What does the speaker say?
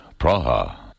Praha